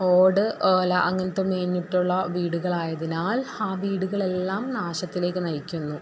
ഓട് ഓല അങ്ങനത്തെ മേഞ്ഞിട്ടുള്ള വീടുകളായതിനാൽ ആ വീടുകളെല്ലാം നാശത്തിലേക്ക് നയിക്കുന്നു